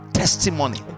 Testimony